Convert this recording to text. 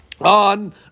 on